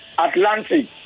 Atlantic